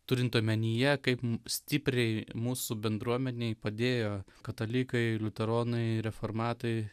turint omenyje kaip stipriai mūsų bendruomenei padėjo katalikai liuteronai reformatai